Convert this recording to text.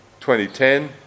2010